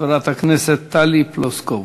חברת הכנסת טלי פלוסקוב.